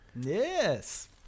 Yes